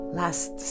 last